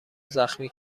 زخمی